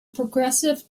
progressive